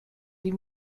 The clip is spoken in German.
die